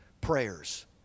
prayers